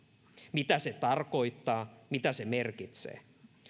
mitä se tarkoittaa mitä se merkitsee